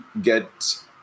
get